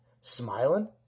Smiling